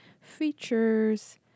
features